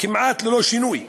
כמעט ללא שינוי.